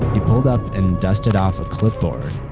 he pulled up and dusted off a clipboard.